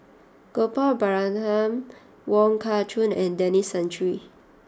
Gopal Baratham Wong Kah Chun and Denis Santry